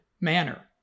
manner